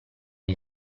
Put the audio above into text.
gli